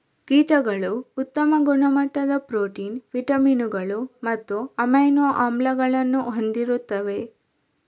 ಕೀಟಗಳು ಉತ್ತಮ ಗುಣಮಟ್ಟದ ಪ್ರೋಟೀನ್, ವಿಟಮಿನುಗಳು ಮತ್ತು ಅಮೈನೋ ಆಮ್ಲಗಳನ್ನು ಹೊಂದಿರುತ್ತವೆ